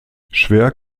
schwer